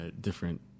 different